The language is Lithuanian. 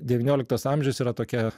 devynioliktas amžius yra tokia